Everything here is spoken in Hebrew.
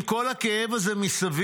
'עם כל הכאב הזה מסביב